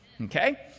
Okay